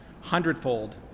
hundredfold